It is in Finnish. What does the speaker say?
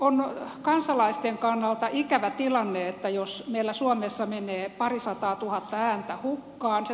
on kansalaisten kannalta ikävä tilanne jos meillä suomessa menee parisataatuhatta ääntä hukkaan